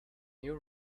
new